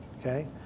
Okay